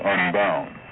Unbound